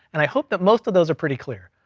and i hope that most of those are pretty clear.